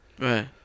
Right